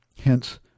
Hence